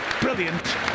Brilliant